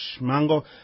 Mango